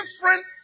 different